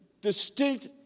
distinct